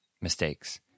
mistakes